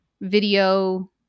video